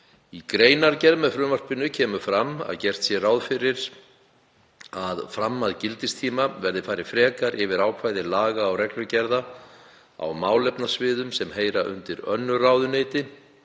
Í greinargerð með frumvarpinu kemur fram að gert sé ráð fyrir að fram að gildistíma verði farið frekar yfir ákvæði laga og reglugerða á málefnasviðum sem heyra undir önnur ráðuneyti